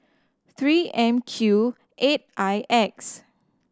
Three M Q eight I X